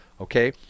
okay